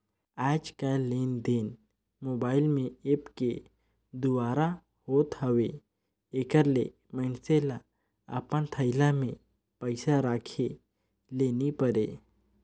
आएज काएललेनदेन मोबाईल में ऐप के दुवारा होत हवे एकर ले मइनसे ल अपन थोइला में पइसा राखे ले नी परे